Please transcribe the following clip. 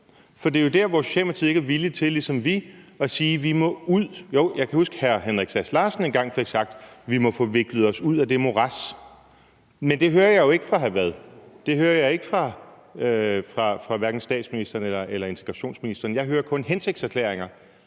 for det er jo der, hvor Socialdemokratiet ikke er villig til, ligesom vi er, at sige: Vi må ud. Jo, jeg kan huske, at hr. Henrik Sass Larsen engang fik sagt: Vi må få viklet os ud af det morads. Men det hører jeg jo ikke fra hr. Frederik Vad. Det hører jeg ikke fra hverken statsministeren eller integrationsministeren. Jeg hører kun hensigtserklæringer,